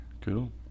cool